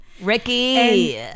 Ricky